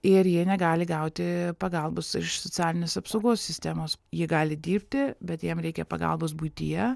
ir jie negali gauti pagalbos iš socialinės apsaugos sistemos jie gali dirbti bet jiem reikia pagalbos buityje